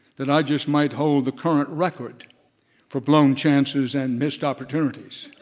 that i just might hold the current record for blown chances and missed opportunities.